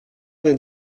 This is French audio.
vingt